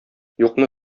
юкны